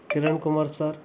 Kiran Kumar sir